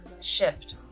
shift